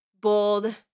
bold